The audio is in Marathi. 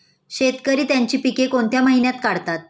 शेतकरी त्यांची पीके कोणत्या महिन्यात काढतात?